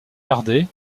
gardée